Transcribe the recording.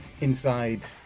inside